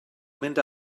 mynd